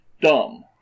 dumb